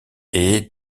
est